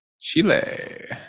Chile